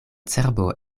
cerbo